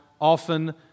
often